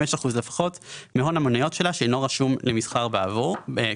ב-5 אחוזים לפחות מהון המניות שלה שאינו רשום למסחר כאמור.